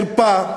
שהייתה חרפה,